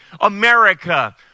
America